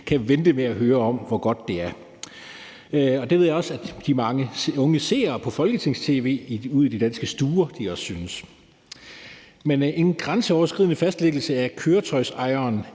kan vente med at høre om, hvor godt det er. Og det ved jeg også at de mange unge seere af folketings-tv ude i de danske stuer synes. En grænseoverskridende fastlæggelse af køretøjsejeren